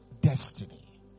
destiny